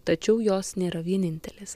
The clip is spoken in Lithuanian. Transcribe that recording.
tačiau jos nėra vienintelės